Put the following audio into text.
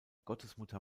gottesmutter